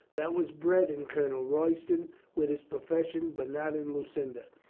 that was bred in colonel royston with his profession, but not in lucinda.